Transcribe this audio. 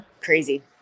Crazy